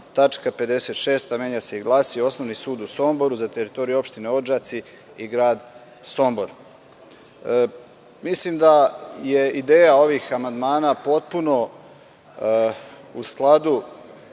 tačka 56) menja se i glasi – osnovni sud u Somboru za teritoriju opštine Odžaci i Sombor. Mislim da je ideja ovih amandmana potpuno u skladu